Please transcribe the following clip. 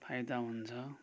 फाइदा हुन्छ